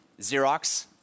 Xerox